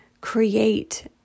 create